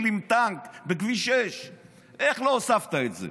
עם טנק בכביש 6. איך לא הוספת את זה?